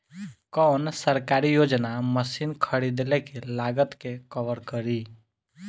कौन सरकारी योजना मशीन खरीदले के लागत के कवर करीं?